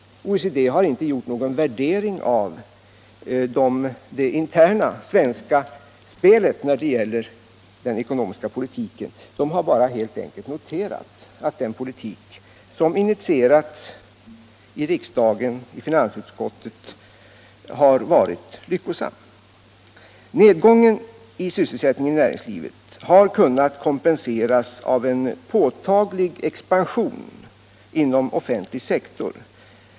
OECD har emellertid inte gjort någon värdering av det interna svenska spelet när det gäller den ekonomiska politiken; organisationen har helt enkelt bara noterat att den politik som initierats i finansutskottet och i riksdagen har varit lyckosam. Nedgången i sysselsättningen i näringslivet har kunnat kompenseras av en påtaglig expansion inom den offentliga sektorn.